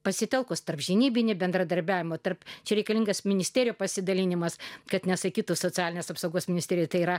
pasitelkus tarpžinybinį bendradarbiavimą tarp čia reikalingas ministerijų pasidalinimas kad nesakytų socialinės apsaugos ministrė tai yra